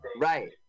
Right